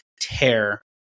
tear